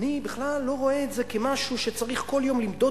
אני בכלל לא רואה את זה כמשהו שצריך כל יום למדוד.